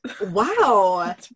Wow